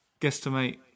guesstimate